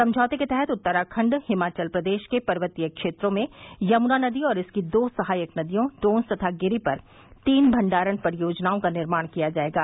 समझौते के तहत उत्तराखंड और हिमाचल प्रदेश के पर्वतीय क्षेत्रों में यमुना नदी और इसकी दो सहायक नदियों टोन्स तथा गिरि पर तीन भण्डारण परियोजनाओं का निर्माण किया जायेगा